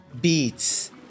beats